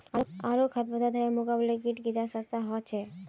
आरो खाद्य पदार्थेर मुकाबले कीट कीडा सस्ता ह छे